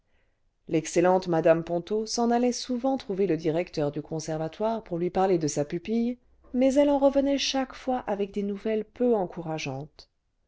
l'excellente mmc ponto s'en allait souvent trouver le directeur du conservatoire pouf lui parler de sa pupille mais elle en revenait chaque fois avec des nouvelles peu encourageantes